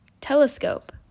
Telescope